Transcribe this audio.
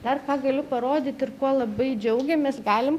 dar ką galiu parodyti ir kuo labai džiaugiamės galim